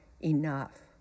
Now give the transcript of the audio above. enough